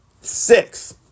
Six